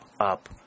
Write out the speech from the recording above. up